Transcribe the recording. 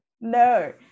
no